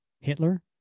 Hitler